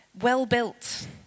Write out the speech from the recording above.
well-built